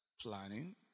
Planning